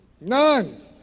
None